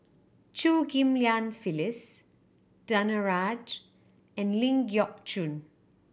Chew Ghim Lian Phyllis Danaraj and Ling Geok Choon